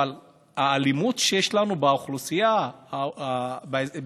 אבל האלימות שיש לנו באוכלוסייה בין